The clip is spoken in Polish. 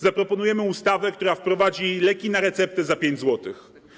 Zaproponujemy ustawę, która wprowadzi leki na recepty za 5 zł.